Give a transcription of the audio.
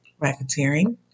racketeering